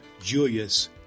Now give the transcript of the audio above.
Julius